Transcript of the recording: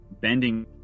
bending